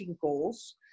goals